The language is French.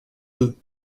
deux